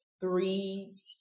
three